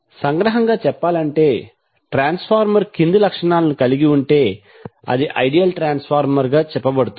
సంగ్రహంగా చెప్పాలంటే ట్రాన్స్ఫార్మర్ కింది లక్షణాలను కలిగి ఉంటే అది ఐడియల్ గా చెప్పబడుతుంది